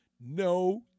No